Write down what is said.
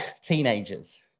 teenagers